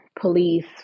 police